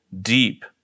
deep